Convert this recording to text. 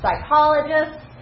psychologists